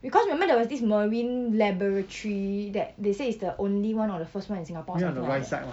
because remember there was this marine laboratory that they say is the only [one] or the first [one] in singapore or something like that